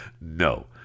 No